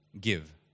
give